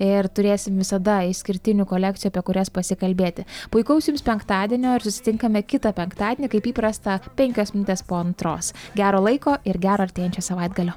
ir turėsim visada išskirtinių kolekcijų apie kurias pasikalbėti puikaus jums penktadienio ir susitinkame kitą penktadienį kaip įprasta penkios minutės po antros gero laiko ir gero artėjančio savaitgalio